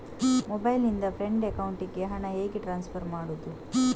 Mobile ನಿಂದ friend ಅಕೌಂಟಿಗೆ ಹಣ ಹೇಗೆ ಟ್ರಾನ್ಸ್ಫರ್ ಮಾಡುವುದು?